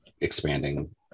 expanding